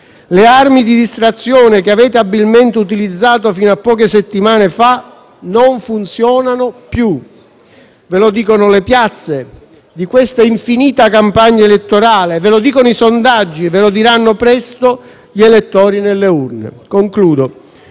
le armi di distrazione che avete abilmente utilizzato fino a poche settimane fa non funzionano più, ve lo dicono le piazze di questa infinita campagna elettorale, ve lo dicono i sondaggi, ve lo diranno presto gli elettori nelle urne. Concludendo,